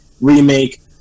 remake